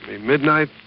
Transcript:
Midnight